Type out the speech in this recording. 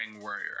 Warrior